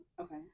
okay